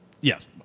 Yes